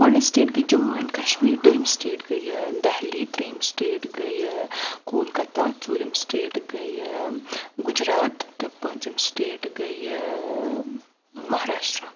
گۄڈٕنِچ سٹیٹ گٔے جموں اینڈ کشمیٖر دۄیِم سٹیٹ گٔیے یہِ دہلی ترٛیٚیِم سٹیٹ گٔیہِ کولکتہ ژوٗرِم سٹیٹ گٔیہِ گُجرات تہٕ پوٗنٛژِم سٹیٹ گٔیہِ مہراشٹرا